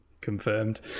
confirmed